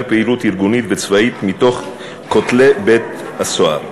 פעילות ארגונית וצבאית מבין כותלי בית-הסוהר.